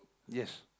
yes